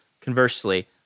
conversely